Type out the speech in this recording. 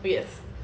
yes